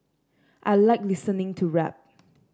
I like listening to rap